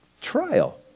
trial